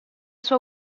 sua